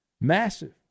massive